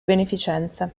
beneficenza